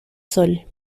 sol